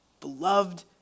Beloved